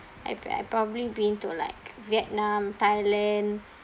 I pr~ I probably been to like vietnam thailand